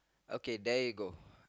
okay there you go